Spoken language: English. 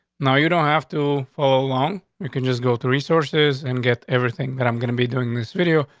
now, you don't have to follow along. you could just go three sources and get everything that i'm gonna be doing this video.